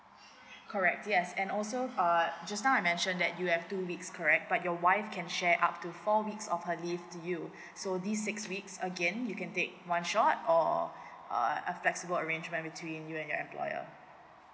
correct yes and also uh Iike just now I mention that you have two weeks correct but your wife can share up to four weeks of her leave to you so this six weeks again you can take one shot or err a flexible arrangement between you and your employer